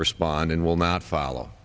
respond and will not follow